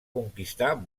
conquistar